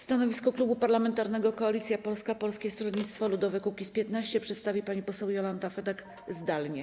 Stanowisko Klubu Parlamentarnego Koalicja Polska - Polskie Stronnictwo Ludowe - Kukiz15 przedstawi pani poseł Jolanta Fedak - zdalnie.